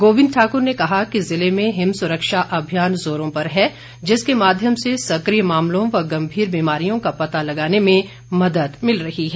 गोविंद ठाकुर ने कहा ज़िले में हिम सुरक्षा अभियान जोरों पर हैं जिसके माध्यम से सक्रिय मामलों व गंभीर बीमारियों का पता लगाने में मदद मिल रही है